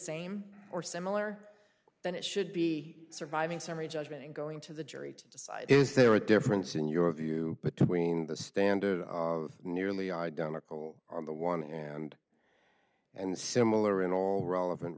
same or similar then it should be surviving summary judgment and going to the jury to decide is there a difference in your view between the standard of nearly identical on the one and and similar in all relevant